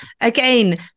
again